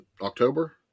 October